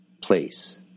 place